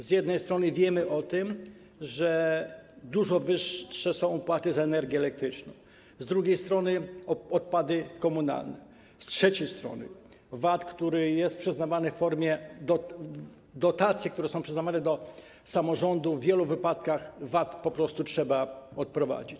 Z jednej strony wiemy o tym, że dużo wyższe są opłaty za energię elektryczną, z drugiej strony są odpady komunalne, z trzeciej strony - VAT, który jest przyznawany, dotacje, które są przyznawane do samorządów, w wielu wypadkach VAT po prostu trzeba odprowadzić.